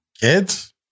Kids